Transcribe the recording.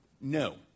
No